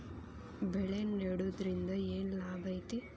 ಬೆಳೆ ನೆಡುದ್ರಿಂದ ಏನ್ ಲಾಭ ಐತಿ?